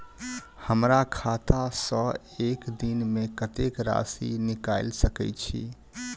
हमरा खाता सऽ एक दिन मे कतेक राशि निकाइल सकै छी